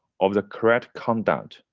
of the correct conduct.